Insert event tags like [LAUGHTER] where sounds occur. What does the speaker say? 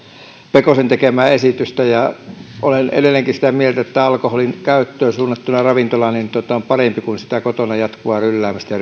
pekosen tekemää esitystä ja olen edelleenkin sitä mieltä että alkoholinkäyttö suunnattuna ravintolaan on parempi kuin että sitä kotona jatkuvaa rylläämistä [UNINTELLIGIBLE]